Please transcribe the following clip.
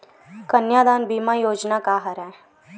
कन्यादान बीमा योजना का हरय?